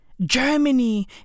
Germany